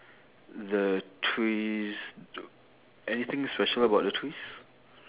the trees anything special about the trees